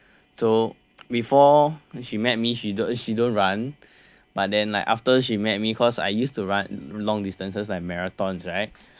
so before she met me she don't run but then like after she met me cause I used to run long distances like marathons right